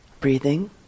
Breathing